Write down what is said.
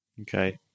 Okay